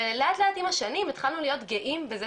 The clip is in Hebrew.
ולאט לאט עם השנים התחלנו להיות גאים בזה